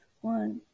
one